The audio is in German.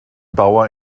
bauer